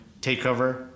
takeover